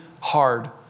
hard